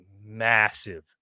massive